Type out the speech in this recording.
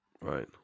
right